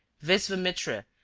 visvamitra,